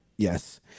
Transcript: Yes